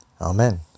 Amen